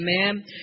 Amen